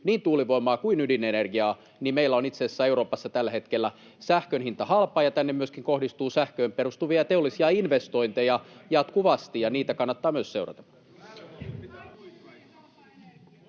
niin tuulivoimaa kuin ydinenergiaa, niin meillä on itse asiassa Euroopassa tällä hetkellä sähkön hinta halpaa ja tänne myöskin kohdistuu sähköön perustuvia teollisia investointeja jatkuvasti, ja niitä kannattaa myös seurata.